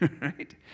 Right